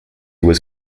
was